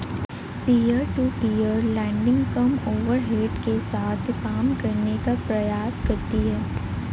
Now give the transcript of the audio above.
peer to peer lending कम overhead के साथ काम करने का प्रयास करती हैं